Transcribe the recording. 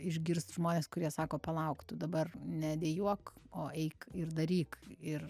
išgirst žmones kurie sako palauk tu dabar nedejuok o eik ir daryk ir